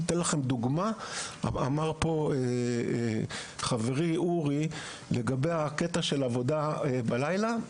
לדוגמא, אמר פה חברי אורי לגבי עבודה בלילה.